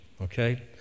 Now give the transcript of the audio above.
okay